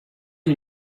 you